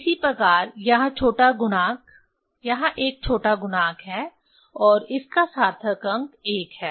इसी प्रकार यहाँ छोटा गुणांक यह एक छोटा गुणांक है और इसका सार्थक अंक 1 है